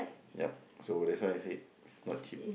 yup so that's why I said is not cheap